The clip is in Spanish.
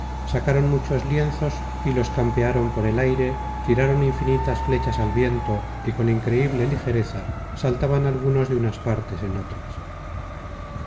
sacaron muchos lienzos y los campearon por el aire tiraron infinitas flechas al viento y con increible ligereza saltaban algunos de unas partes en otras